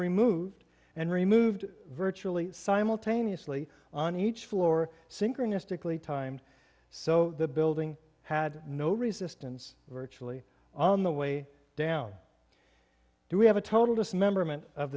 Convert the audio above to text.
removed and removed virtually simultaneously on each floor synchronistically time so the building had no resistance virtually on the way down do we have a total dismemberment of